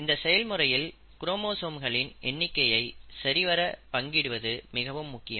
இந்த செயல்முறையில் குரோமோசோம்களின் எண்ணிக்கையை சரிவர பங்கிடுவது மிகவும் முக்கியம்